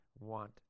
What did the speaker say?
want